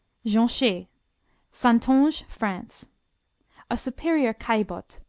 jonchee santonge, france a superior caillebotte,